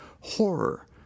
horror